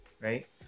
right